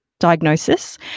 Diagnosis